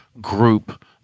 group